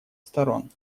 сторон